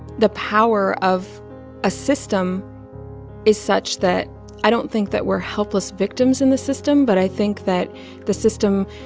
the power of a system is such that i don't think that we're helpless victims in the system, but i think that the system